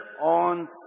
on